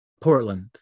Portland